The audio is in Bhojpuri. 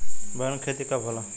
बैंगन के खेती कब होला?